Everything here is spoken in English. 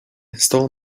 stole